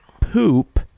poop